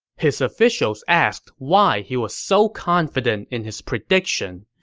his officials asked why he was so confident in his prediction,